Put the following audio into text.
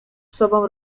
sobą